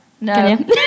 No